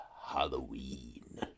Halloween